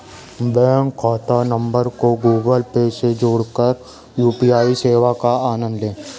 bank खाता number को Google Pay से जोड़कर यू.पी.आई सेवा का आनंद लें